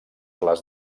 les